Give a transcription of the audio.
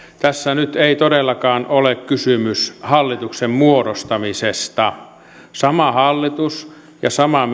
tässä nyt ei todellakaan ole kysymys hallituksen muodostamisesta sama hallitus ja sama